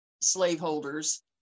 slaveholders